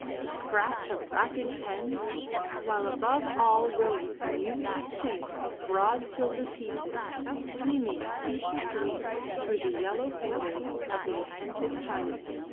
the scratch of rapid pens while above all rose the musical chink of broad silver pieces streaming ceaselessly through the yellow fingers of the attentive chinamen.